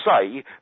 say